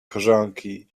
korzonki